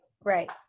right